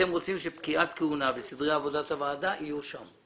אתם רוצים שפקיעת כהונה וסדרי עבודת הוועדה יהיו שם.